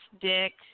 dick